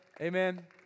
Amen